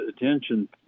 attention